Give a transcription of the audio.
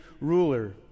ruler